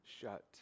shut